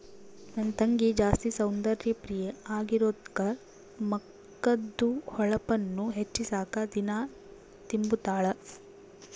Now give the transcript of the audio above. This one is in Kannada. ನನ್ ತಂಗಿ ಜಾಸ್ತಿ ಸೌಂದರ್ಯ ಪ್ರಿಯೆ ಆಗಿರೋದ್ಕ ಮಕದ್ದು ಹೊಳಪುನ್ನ ಹೆಚ್ಚಿಸಾಕ ದಿನಾ ತಿಂಬುತಾಳ